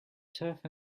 turf